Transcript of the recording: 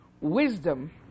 Wisdom